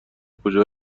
کجا